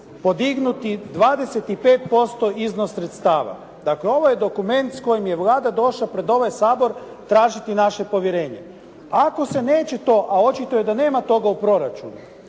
podignuti 25% iznos sredstava. Dakle, ovo je dokument s kojim je Vlada došla pred ovaj Sabor tražiti naše povjerenje. Ako se neće to, a očito je da nema toga u proračunu